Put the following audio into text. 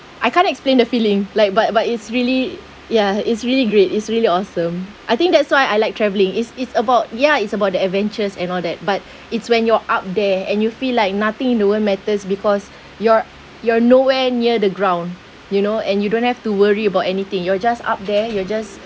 I can't explain the feeling like but but it's really ya it's really great it's really awesome I think that's why I like travelling it's it's about ya it's about the adventures and all that but it's when you're up there and you feel like nothing in the world matters because you're you're nowhere near the ground you know and you don't have to worry about anything you're just up there you're just